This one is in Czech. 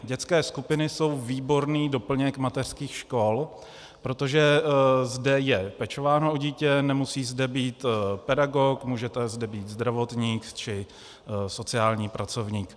Dětské skupiny jsou výborný doplněk mateřských škol, protože zde je pečováno o dítě, nemusí zde být pedagog, může zde být zdravotník či sociální pracovník.